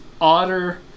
Otter